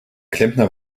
klempner